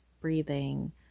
breathing